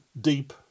deep